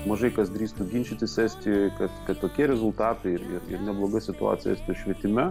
mažai kas drįstų ginčytis estijoj kad kad tokie rezultatai ir ir ir nebloga situacija estijos švietime